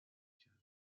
کردم